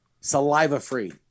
saliva-free